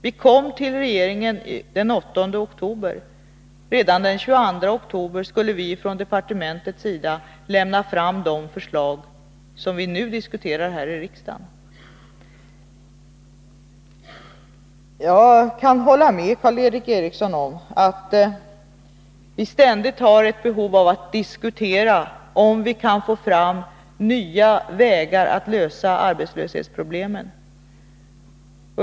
Vi lade fram våra förslag den 8 oktober. Redan den 22 oktober skulle vi från departementets sida avlämna de förslag som vi nu diskuterar här i riksdagen. Jag kan hålla med Karl Erik Eriksson om att vi ständigt har ett behov av att diskutera om vi kan få fram nya vägar för att lösa arbetslöshetsproblemen.